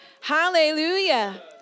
Hallelujah